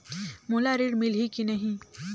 मोला ऋण मिलही की नहीं?